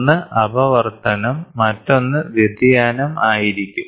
ഒന്ന് അപവർത്തനം മറ്റൊന്ന് വ്യതിയാനം ആയിരിക്കും